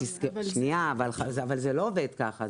נכון, אבל זה לא עובד כך.